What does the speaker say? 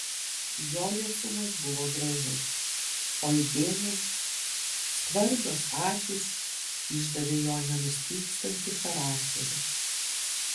jo liesumas buvo gražus o įdėmios skvarbios akys išdavė jo nenustygstantį charakterį